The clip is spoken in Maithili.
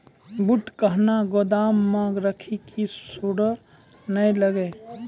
बूट कहना गोदाम मे रखिए की सुंडा नए लागे?